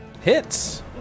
Hits